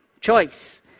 Choice